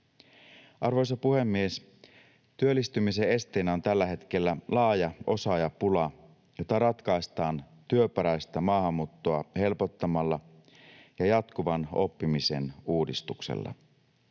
Arvoisa puhemies! Työllistymisen esteenä on tällä hetkellä laaja osaajapula, jota ratkaistaan työperäistä maahanmuuttoa helpottamalla ja jatkuvan oppimisen uudistuksella.